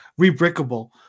Rebrickable